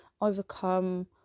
overcome